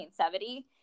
1970